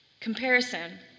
Comparison